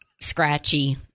scratchy